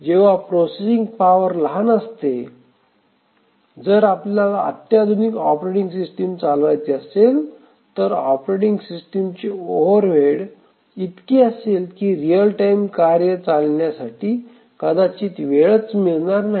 जेव्हा processing power लहान असते जर आपल्याला अत्याधुनिक ऑपरेटिंग सिस्टम चालवायचे असेल तर ऑपरेटिंग सिस्टमचे ओव्हरहेड इतके असेल की रिअल टाइम कार्ये चालविण्यासाठी कदाचित वेळ मिळणार नाही